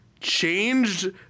changed